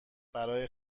برای